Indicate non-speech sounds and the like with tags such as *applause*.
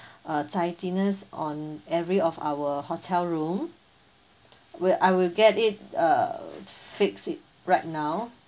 *breath* uh tidiness on every of our hotel room where I will get it uh fix it right now the